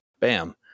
bam